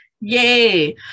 yay